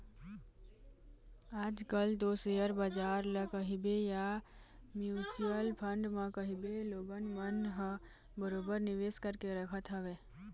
आज कल तो सेयर बजार ल कहिबे या म्युचुअल फंड म कहिबे लोगन मन ह बरोबर निवेश करके रखत हवय